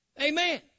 Amen